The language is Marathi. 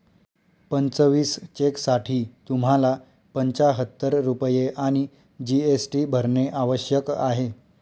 पंचवीस चेकसाठी तुम्हाला पंचाहत्तर रुपये आणि जी.एस.टी भरणे आवश्यक आहे